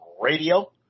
Radio